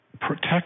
protect